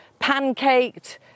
pancaked